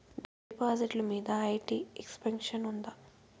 డిపాజిట్లు మీద IT exemption ఉందా?